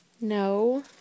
No